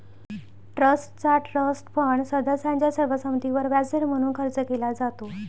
ट्रस्टचा trust fund सदस्यांच्या सर्व संमतीवर व्याजदर म्हणून खर्च केला जातो